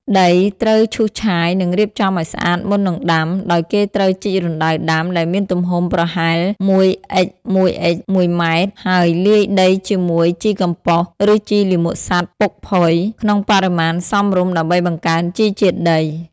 ដីត្រូវឈូសឆាយ និងរៀបចំឱ្យស្អាតមុននឹងដាំ ដោយគេត្រូវជីករណ្តៅដាំ ដែលមានទំហំប្រហែល ១ x ១ x ១ ម៉ែត្រ ហើយលាយដីជាមួយ ជីកំប៉ុស្ត ឬជីលាមកសត្វពុកផុយ ក្នុងបរិមាណសមរម្យដើម្បីបង្កើនជីជាតិដី។